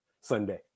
Sunday